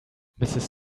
mrs